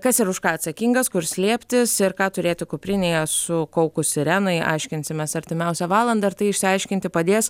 kas ir už ką atsakingas kur slėptis ir ką turėti kuprinėje sukaukus sirenai aiškinsimės artimiausią valandą ir tai išsiaiškinti padės